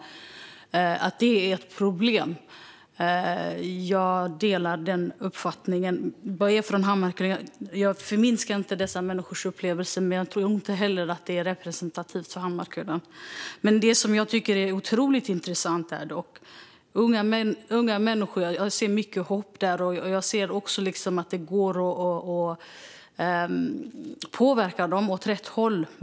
Jag delar uppfattningen att detta är ett problem. Jag är från Hammarkullen och förminskar inte dessa människors upplevelse, men jag tror inte heller att detta är representativt för Hammarkullen. Jag tycker dock att det är otroligt intressant att se så mycket hopp hos unga människor och att det går att påverka dem åt rätt håll.